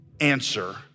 answer